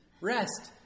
rest